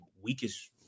weakest